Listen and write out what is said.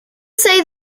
say